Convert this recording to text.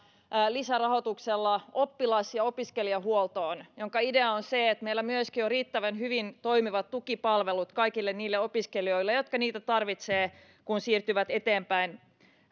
lisärahoituksella oppilas ja opiskelijahuoltoon ja idea on se että meillä on riittävän hyvin toimivat tukipalvelut kaikille niille opiskelijoille jotka niitä tarvitsevat kun siirtyvät eteenpäin